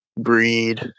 breed